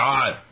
God